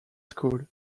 school